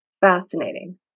Fascinating